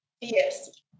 Yes